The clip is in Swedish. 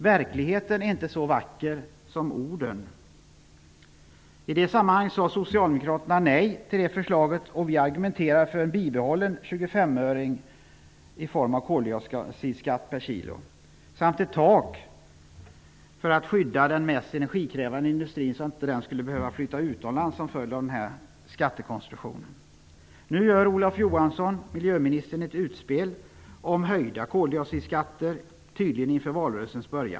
Verkligheten är inte så vacker som orden. Socialdemokraterna sade nej till det förslaget. Vi argumenterade för en bibehållen koldioxidskatt med 25 öre per kilo samt ett tak för att skydda den mest energikrävande industrin, så att inte den skulle behöva flytta utomlands till följd av denna skattekonstruktion. Nu gör Olof Johansson, miljöministern, ett utspel om höjda koldioxidskatter. Det gör han tydligen inför valrörelsen.